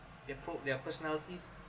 the prob~ their personalities